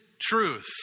truth